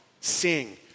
Sing